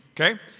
Okay